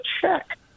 check